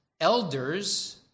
elders